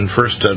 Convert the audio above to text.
first